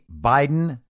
Biden